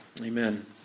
Amen